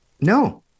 No